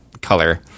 color